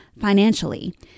financially